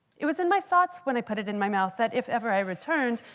it was in my thoughts when i put it in my mouth that if ever i returned,